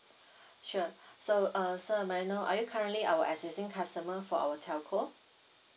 sure so uh sir may I know are you currently our existing customer for our telco